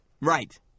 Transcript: right